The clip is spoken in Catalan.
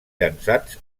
llançats